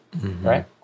right